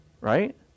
Right